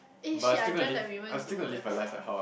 eh shit I dreamt that we went to whatever whatever